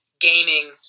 gaming